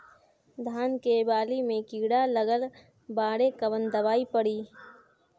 धान के बाली में कीड़ा लगल बाड़े कवन दवाई पड़ी?